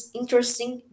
interesting